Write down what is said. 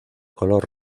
color